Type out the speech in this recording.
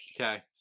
Okay